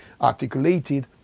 articulated